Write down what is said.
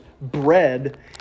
bread